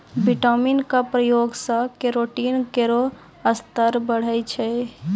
vitamin क प्रयोग सें केरोटीन केरो स्तर बढ़ै छै